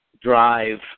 drive